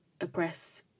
...oppress